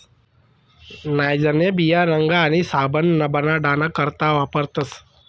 नाइजरन्या बिया रंग आणि साबण बनाडाना करता वापरतस